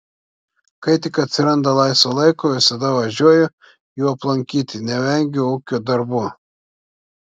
kai tik atsiranda laisvo laiko visada važiuoju jų aplankyti nevengiu ūkio darbų